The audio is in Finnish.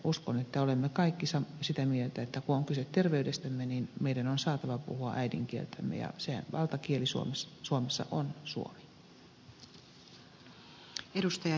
uskon että olemme kaikki sitä mieltä että kun on kyse terveydestämme meidän on saatava puhua äidinkieltämme ja valtakieli suomessa on suomi